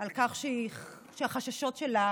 על כך שהחששות שלה